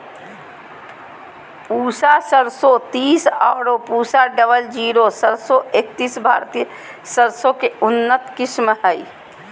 पूसा सरसों तीस आरो पूसा डबल जीरो सरसों एकतीस भारतीय सरसों के उन्नत किस्म हय